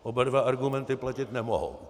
Oba dva argumenty platit nemohou.